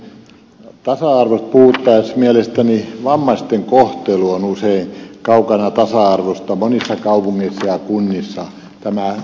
mielestäni tasa arvosta puhuttaessa vammaisten tämän hiljaisten ryhmän kohtelu on usein kaukana tasa arvosta monissa kaupungeissa ja kunnissa oma